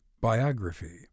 biography